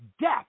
death